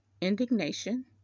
indignation